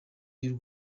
y’u